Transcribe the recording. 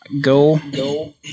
Go